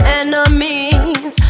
enemies